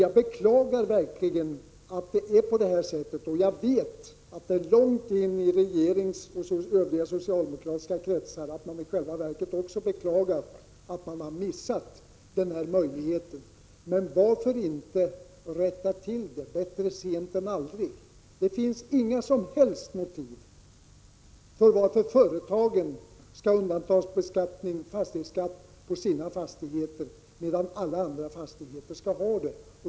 Jag beklagar att det är så, och jag vet att man också långt inne i regeringen och i andra socialdemokratiska kretsar beklagar att man missat denna möjlighet. Varför inte rätta till det nu? Bättre sent än aldrig. Det finns inga som helst motiv för att företagen skall undantas från en fastighetsskatt medan alla andra skall betala den.